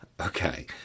Okay